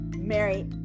mary